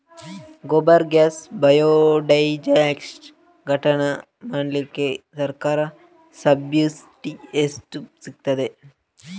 Gobar gas biodigester ಘಟಕ ಮಾಡ್ಲಿಕ್ಕೆ ಸರ್ಕಾರದ ಸಬ್ಸಿಡಿ ಎಷ್ಟು ಸಿಕ್ತಾದೆ?